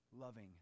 loving